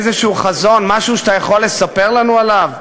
איזה חזון, משהו שאתה יכול לספר לנו עליו?